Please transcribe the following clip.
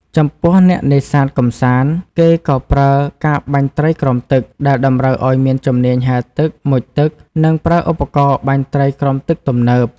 ចំពោះអ្នកនេសាទកម្សាន្ត គេក៏ប្រើ ការបាញ់ត្រីក្រោមទឹក ដែលតម្រូវឲ្យមានជំនាញហែលទឹក មុជទឹក និងប្រើឧបករណ៍បាញ់ត្រីក្រោមទឹកទំនើប។